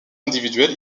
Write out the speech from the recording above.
individuels